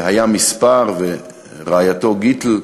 היה מִספר, ורעייתו גיטל,